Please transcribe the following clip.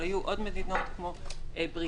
אבל היו עוד מדינות כמו בריטניה,